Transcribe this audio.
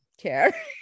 care